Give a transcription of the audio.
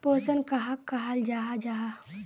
पोषण कहाक कहाल जाहा जाहा?